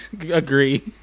agree